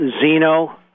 Zeno